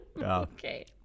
Okay